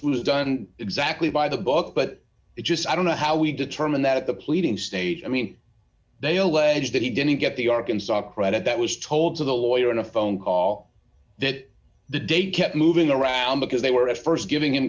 was done exactly by the book but it just i don't know how we determined that the pleading state i mean they allege that he didn't get the arkansas credit that was told to the lawyer in a phone call that the date kept moving around because they were at st giving him